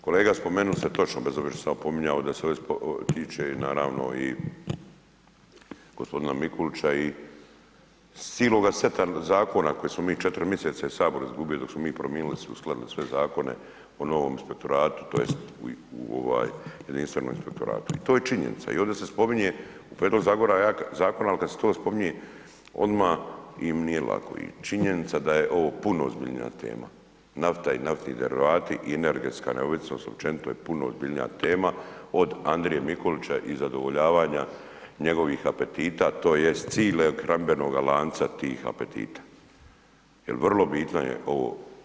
Kolega spomenuli ste točno bez obzira što sam ja opominjao da se ovo tiče naravno i g. Mikulića i ciloga seta zakona koji smo mi 4. mjeseca iz HS izgubili dok smo mi prominili, uskladili sve zakone o novom inspektoratu tj. u jedinstvenom inspektoratu, to je činjenica i ovdje se spominje u prijedlogu zakona kad se to spominje odma im nije lako i činjenica da je ovo puno ozbiljnija tema, nafta i naftni derivati i energetska neovisnost općenito je puno ozbiljnija tema od Andrije Mikulića i zadovoljavanja njegovih apetita tj. cilog hranidbenoga lanca tih apetita, jel vrlo bitno je ovo.